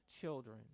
children